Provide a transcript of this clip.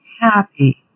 happy